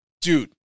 Dude